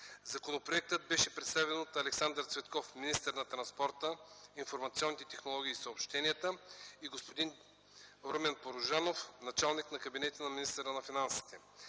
Законопроектът беше представен от Александър Цветков - министър на транспорта, информационните технологии и съобщенията, и господин Румен Порожанов – началник на кабинета на министъра на финансите.